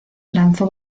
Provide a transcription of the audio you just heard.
lanzó